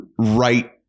right